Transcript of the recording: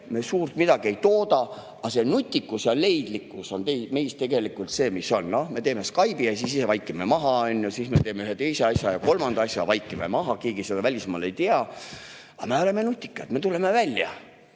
me suurt midagi ei tooda. Aga see nutikus ja leidlikkus meis on tegelikult see, mis on. Noh, me teeme Skype'i ja siis ise vaikime maha. Siis me teeme ühe, teise ja kolmanda asja, aga vaikime maha. Keegi seda välismaal ei tea. Aga me oleme nutikad, me tuleme välja.